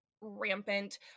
rampant